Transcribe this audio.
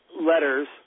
letters